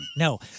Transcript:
No